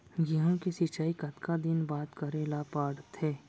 गेहूँ के सिंचाई कतका दिन बाद करे ला पड़थे?